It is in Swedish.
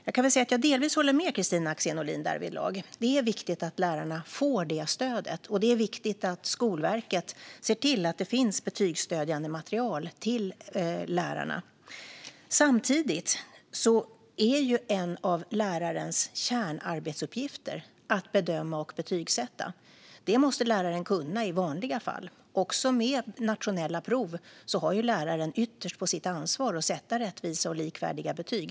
Jag kan väl säga att jag delvis håller med Kristina Axén Olin därvidlag - det är viktigt att lärarna får det stödet, och det är viktigt att Skolverket ser till att det finns betygsstödjande material till lärarna. Samtidigt är en av lärarens kärnarbetsuppgifter att bedöma och betygsätta. Det måste läraren kunna i vanliga fall. Också med nationella prov har ju läraren ytterst på sitt ansvar att sätta rättvisa och likvärdiga betyg.